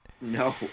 No